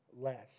less